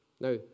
Now